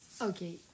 Okay